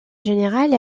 général